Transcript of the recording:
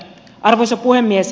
arvoisa puhemies